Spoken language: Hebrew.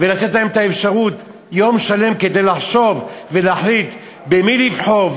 לתת להם את האפשרות של יום חופש שלם כדי לחשוב ולהחליט במי לבחור,